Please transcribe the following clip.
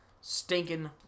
stinking